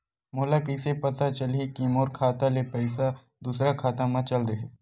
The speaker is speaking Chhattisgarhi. मोला कइसे पता चलही कि मोर खाता ले पईसा दूसरा खाता मा चल देहे?